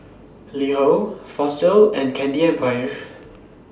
LiHo Fossil and Candy Empire